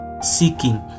Seeking